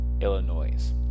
Illinois